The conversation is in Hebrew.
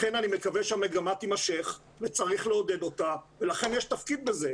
לכן אני מקווה שהמגמה תימשך וצריך לעודד אותה ולכם יש תפקיד בזה,